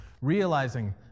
realizing